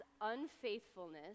unfaithfulness